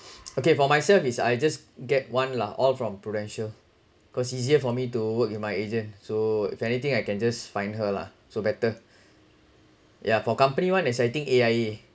okay for myself is I just get one lah all from prudential cause easier for me to work with my agent so if anything I can just find her lah so better yeah for company one is I think A_I_A